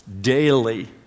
daily